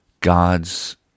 God's